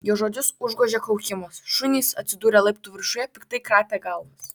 jo žodžius užgožė kaukimas šunys atsidūrę laiptų viršuje piktai kratė galvas